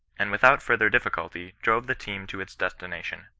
and without further difficulty drove the team to its destination.